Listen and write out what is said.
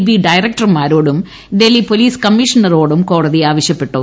B ഡയറക്ടർമാരോടും Delhi police കമ്മീഷണറോടും കോടതി ആവശ്യപ്പെട്ടു